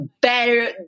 better